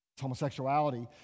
homosexuality